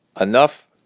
enough